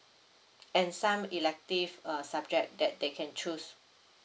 and some elective uh subject that they can choose